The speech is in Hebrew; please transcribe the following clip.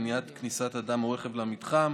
מניעת כניסת אדם או רכב למתחם